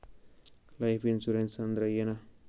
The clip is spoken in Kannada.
ಲೈಫ್ ಇನ್ಸೂರೆನ್ಸ್ ಅಂದ್ರ ಏನ?